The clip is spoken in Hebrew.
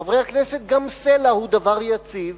חברי הכנסת, גם סלע הוא דבר יציב